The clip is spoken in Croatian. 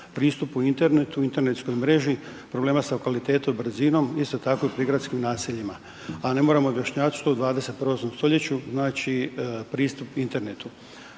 pristupu internetu, internetskoj mreži, problema sa kvalitetom, brzinom, isto tako i u prigradskim naseljima, a ne moramo objašnjavati što u 21. stoljeću znači pristup internetu.